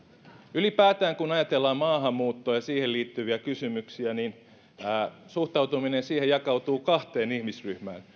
ylipäätään kun ajatellaan maahanmuuttoa ja siihen liittyviä kysymyksiä suhtautuminen siihen jakautuu kahteen ihmisryhmään